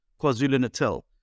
KwaZulu-Natal